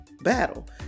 battle